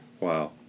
Wow